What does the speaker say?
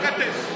רק אתם.